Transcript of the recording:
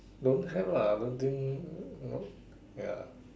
don't have lah don't think no ya